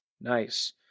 Nice